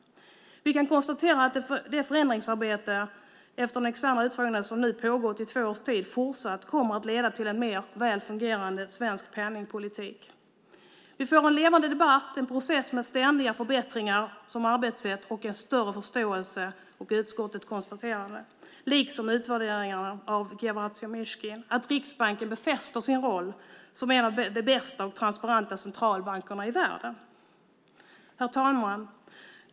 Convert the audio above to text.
Vi kan efter den externa utfrågningen konstatera att det förändringsarbete som nu pågått i två års tid fortsatt kommer att leda till en än mer väl fungerande svensk penningpolitik. Vi får en levande debatt, en process med ständiga förbättringar som arbetssätt och en större förståelse. Utskottet konstaterade, liksom utvärderingarna av Giavazzi och Mishkin, att Riksbanken befäster sin position som en av de bästa och mest transparenta centralbankerna i världen. Herr talman!